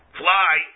fly